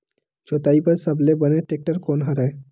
जोताई बर सबले बने टेक्टर कोन हरे?